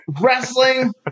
Wrestling